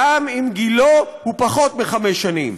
גם אם גילו פחות מחמש שנים,